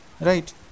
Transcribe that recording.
right